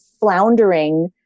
floundering